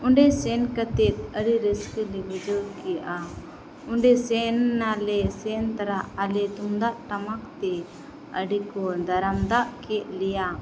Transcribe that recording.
ᱚᱸᱰᱮ ᱥᱮᱱ ᱠᱟᱛᱮᱫ ᱟᱹᱰᱤ ᱨᱟᱹᱥᱠᱟᱹᱜᱮ ᱵᱩᱡᱷᱟᱹᱣᱠᱮᱫᱼᱟ ᱚᱸᱰᱮ ᱥᱮᱱᱮᱱᱟᱞᱮ ᱥᱮᱱ ᱛᱚᱨᱟ ᱟᱞᱮ ᱛᱩᱢᱫᱟᱜᱼᱴᱟᱢᱟᱠᱛᱮ ᱟᱹᱰᱤᱠᱚ ᱫᱟᱨᱟᱢᱫᱟᱜ ᱠᱮᱫ ᱞᱮᱭᱟ